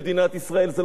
זה לא יעזור לנו,